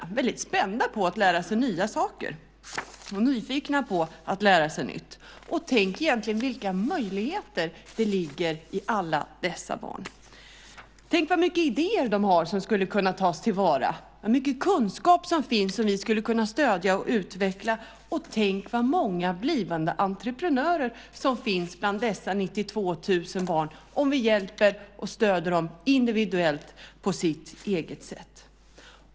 De är väldigt spända på att lära sig nya saker och nyfikna på att lära sig nytt. Tänk egentligen vilka möjligheter det ligger i alla dessa barn! Tänk vad mycket idéer de har som skulle kunna tas till vara, vad mycket kunskap som finns som vi skulle kunna stödja och utveckla! Och tänk vad många blivande entreprenörer som finns bland dessa 92 000 barn om vi hjälper och stöder dem individuellt!